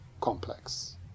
complex